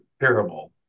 terrible